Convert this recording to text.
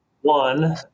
One